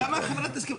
למה החברה תסכים?